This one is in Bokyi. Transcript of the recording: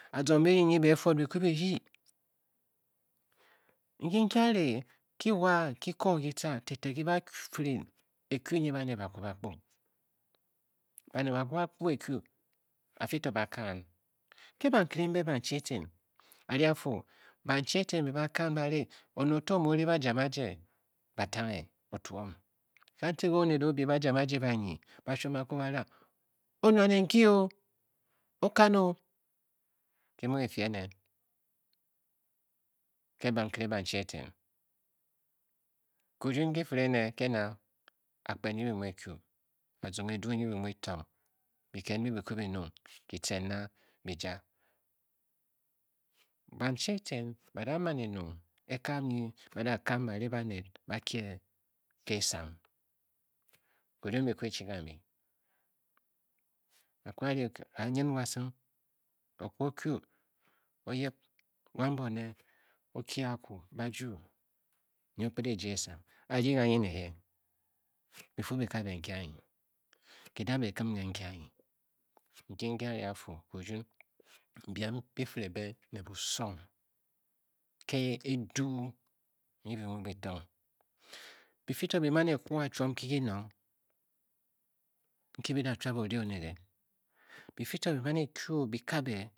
Azong birdying nyi be e-fwod bi kwce bi rdyi nki ki a ri. ki wa ke Kong ki tca Tete ki ba a-fire ekiu nyi baned ba kwu ba akpo. baned ba kwu ba kpo ekui ba fii to ba kaan ke bankere mbe banchi eten. a-ri a Fu banchi eten mbe ba kaan ba rii. one oto mu o rii bajam ajye batsnghe ba twom. kantik a a oned o byi ba jam ajye banyi ba shoum akwa ba rang. o-ngua ne nkyi o. o-kan o ki mu ki fii ene ke bankere banchi eten. kirien ki fire ene ke na akpen nyi bi muu bi kyuu. azong edu nyi bi mu bitong. biked mbi be kwu byi nyiung ki tcen na bi jia banchi eten ba da man-e-nyung ekab nyi ba da Kam ba ri baned ba kye ke esang kinun bi kwu chi ba ri. a kwu chi ba ri. a kwu a ri kaa nyin wasung o kwu o-kyuu o-yip wan bone o-kye ba-juu. nyi o-kped e-jia enang. ba a rdyi kanyi ne ye e?byi fii bi kabe nki I anyi nki da me e-kum ne nki anyi. nki nki a ri a Fu kirun. Biem Biem byi-i-fire be ne busong ke edu nyi bi mu bi tong. bi fii to bi man e-kwa chuom nki gunong nki bi da chuab ori oned e bi fii to bi man e-kyu bi kabe